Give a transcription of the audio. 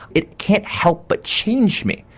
it can't help but change me,